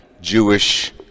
Jewish